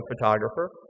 photographer